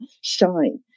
shine